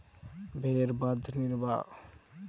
भेंड़ बध करबाक लेल कोनो एक स्थानक निर्धारण नै रहैत छै